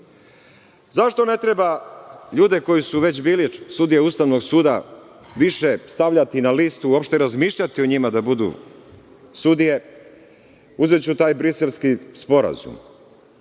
ne treba ljude koji su već bili sudije Ustavnog suda više stavljati na listu, uopšte razmišljati o njima da budu sudije, uzeću taj Briselski sporazum,